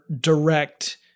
direct